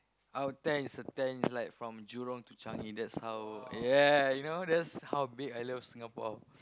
out of ten is a ten is like from Jurong to Changi that's how ya you know that's how big I love Singapore